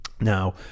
Now